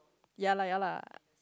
ya lah ya lah